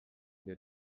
that